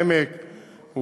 העמק והגליל,